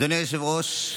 אדוני היושב-ראש,